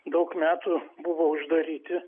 daug metų buvo uždaryti